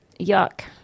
yuck